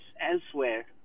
elsewhere